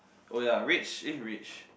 oh ya rich eh rich